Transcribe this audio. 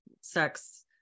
sex